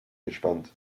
gespannt